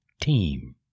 team